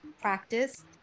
practice